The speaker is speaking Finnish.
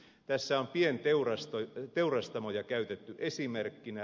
tässä on pienteurastamoja käytetty esimerkkinä